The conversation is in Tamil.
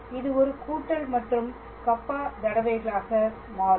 இது ஒரு கூட்டல் மற்றும் கப்பா தடவைகளாக மாறும்